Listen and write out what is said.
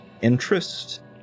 interest